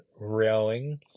railing